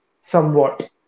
somewhat